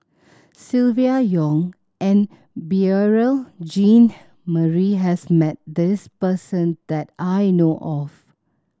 Silvia Yong and Beurel Jean Marie has met this person that I know of